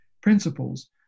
principles